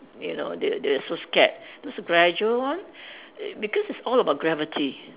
you know they're they're so scared those gradual one because it's all about gravity